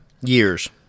years